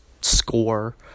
score